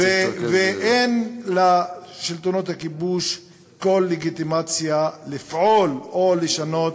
אין לשלטונות הכיבוש כל לגיטימציה לפעול או לשנות